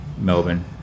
Melbourne